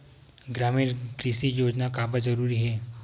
ग्रामीण कृषि योजना काबर जरूरी हे?